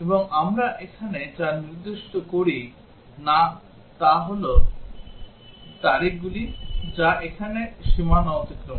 এবং আমরা এখানে যা নির্দিষ্ট করি না তা হল তারিখগুলি যা এখানে সীমানা অতিক্রম করে